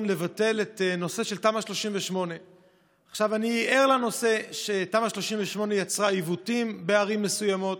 לבטל את תמ"א 38. אני ער לכך שתמ"א 38 יצרה עיוותים בערים מסוימות.